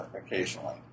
occasionally